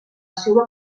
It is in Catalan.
seua